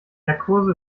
narkose